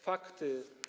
Fakty.